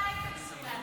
אתה היית בסרי לנקה?